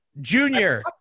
Junior